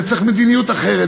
שצריך מדיניות אחרת,